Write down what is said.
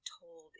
told